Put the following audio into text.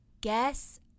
guess